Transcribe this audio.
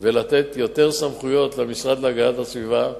את הדברים האלה ולתת יותר סמכויות למשרד להגנת הסביבה,